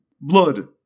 blood